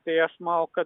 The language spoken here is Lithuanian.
tai aš manau kad